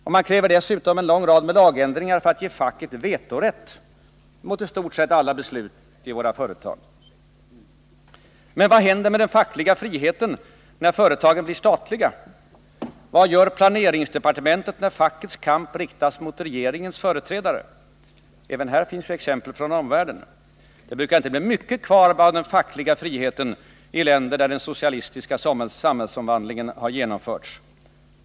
Vpk kräver dessutom en lång rad lagändringar för att ge facket vetorätt mot i stort sett alla beslut i våra företag. Men vad händer med den fackliga friheten när företagen blir statliga? Vad gör planeringsdepartementet när fackets kamp riktas mot regeringens företrädare? Även här finns exempel från omvärlden. Det brukar inte bli mycket kvar av den fackliga friheten i länder där den socialistiska samhällsomvandlingen har genomförts.